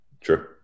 True